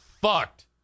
fucked